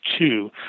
two